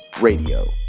radio